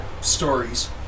stories